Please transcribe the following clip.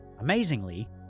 Amazingly